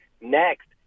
Next